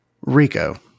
Rico